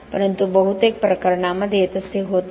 परंतु बहुतेक प्रकरणांमध्ये तसे होत नाही